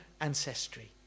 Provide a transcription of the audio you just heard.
ancestry